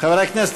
חברי הכנסת,